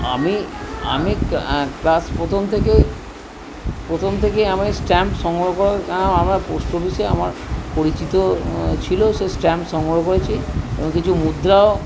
আমি আমি ক্লাস প্রথম থেকে প্রথম থেকে আমি ষ্ট্যাম্প সংগ্রহ আমরা পোস্ট অফিসে আমার পরিচিতিও ছিল সেই ষ্ট্যাম্প সংগ্রহ করেছি এবং কিছু মুদ্রাও